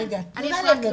קוראים לי אפרת לופו, אני בת